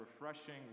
refreshing